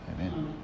Amen